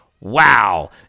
Wow